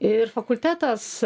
ir fakultetas